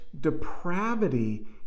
depravity